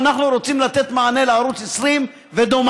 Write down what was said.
אנחנו רוצים לתת מענה לערוץ 20 ודומיו,